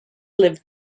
lived